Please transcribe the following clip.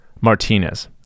martinez